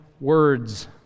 words